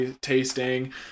tasting